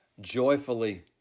joyfully